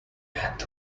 end